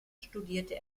studierte